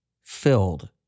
filled